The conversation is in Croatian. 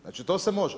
Znači to se može.